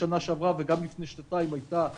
בפועל ההדרכה גם בשנה שעברה וגם לפני שנתיים הייתה מינימלית,